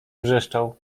wrzeszczał